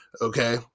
okay